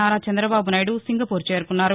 Nara Chandrababu Naidu Singapore చేరుకున్నారు